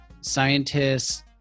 scientists